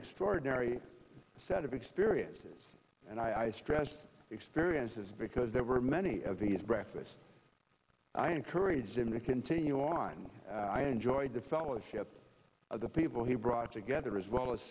extraordinary set of experiences and i stressed experiences because there were many of these breathless i encouraged him to continue on i enjoyed the fellowship of the people he brought together as well as